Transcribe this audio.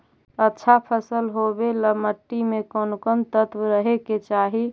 अच्छा फसल होबे ल मट्टी में कोन कोन तत्त्व रहे के चाही?